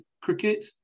cricket